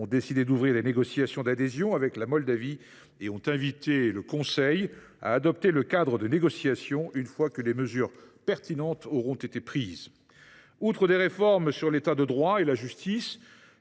ont décidé d’ouvrir les négociations d’adhésion avec la Moldavie et ont invité le Conseil à adopter le cadre de négociations une fois que les mesures pertinentes auront été prises. L’ambition est de mener des réformes sur l’État de droit et dans le